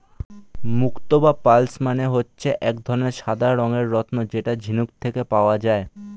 মুক্তো বা পার্লস মানে হচ্ছে এক ধরনের সাদা রঙের রত্ন যেটা ঝিনুক থেকে পাওয়া যায়